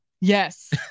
Yes